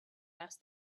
asked